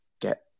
get